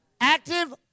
Active